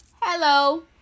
Hello